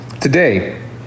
Today